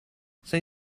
say